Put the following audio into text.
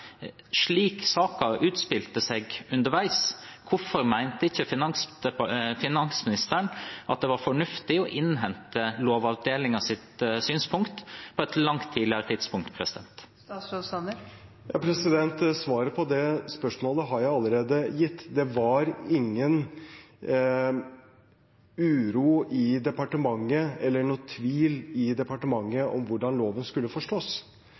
Slik saken utspilte seg underveis, hvorfor mente ikke finansministeren at det var fornuftig å innhente Lovavdelingens synspunkt på et langt tidligere tidspunkt? Svaret på det spørsmålet har jeg allerede gitt. Det var ingen uro i departementet eller noen tvil i departementet om hvordan loven skulle forstås.